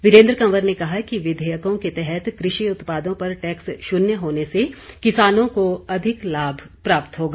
वीरेन्द्र कंवर ने कहा कि विधेयकों के तहत कृषि उत्पादों पर टैक्स शून्य होने से किसानों को अधिक लाभ प्राप्त होगा